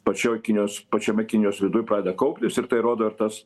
pačioj kinijos pačiame kinijos viduj pradeda kauptis ir tai rodo ir tas